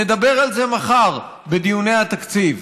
נדבר על זה מחר בדיוני התקציב.